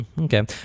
Okay